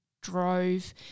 drove